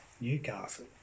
Newcastle